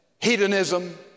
hedonism